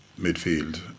midfield